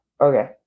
okay